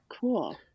cool